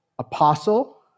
apostle